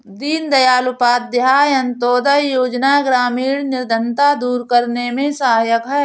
दीनदयाल उपाध्याय अंतोदय योजना ग्रामीण निर्धनता दूर करने में सहायक है